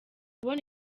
kubona